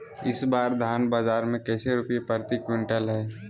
इस बार धान बाजार मे कैसे रुपए प्रति क्विंटल है?